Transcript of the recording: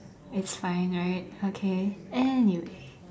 it's fine right okay and you see